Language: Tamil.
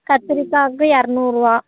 கத்திரிக்காய்க்கு எரநூறுரூவா